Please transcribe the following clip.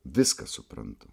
viską suprantu